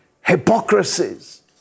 hypocrisies